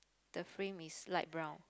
the frame is light brown